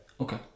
Okay